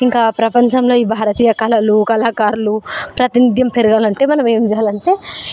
ఇంకా ప్రపంచంలో ఈ భారతీయ కళలు కళాకారులు ప్రాతినిథ్యం పెరగాలంటే మనం ఏం చెయ్యాలంటే